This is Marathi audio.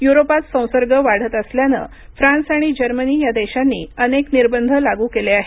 युरोपात संसर्ग वाढत असल्यानं फ्रान्स आणि जर्मनी या देशांनी अनेक निर्बंध लागू केले आहेत